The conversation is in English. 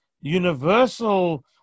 universal